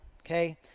Okay